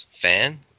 fan